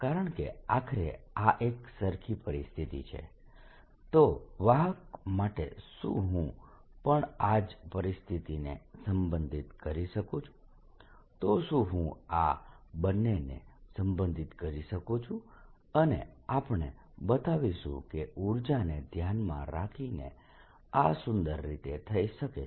કારણકે આખરે આ એક સરખી પરિસ્થિતિ છે તો વાહક માટે શું હું પણ આ જ પરિસ્થિતિને સંબંધિત કરી શકું છું તો શું હું આ બંને ને સંબંધિત કરી શકું છું અને આપણે બતાવીશું કે ઉર્જાને ધ્યાનમાં રાખીને આ સુંદર રીતે થઈ શકે છે